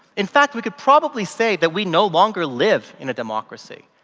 in fact we could probably say that we no longer live in a democracy.